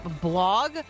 blog